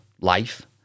life